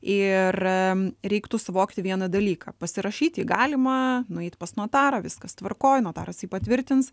ir reiktų suvokti vieną dalyką pasirašyti galima nueit pas notarą viskas tvarkoj notaras jį patvirtins